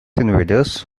invaders